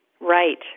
Right